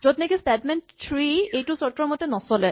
য'ত নেকি statement three এইটো চৰ্তৰ মতে নচলে